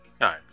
No